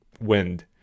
wind